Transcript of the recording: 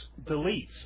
deletes